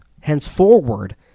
henceforward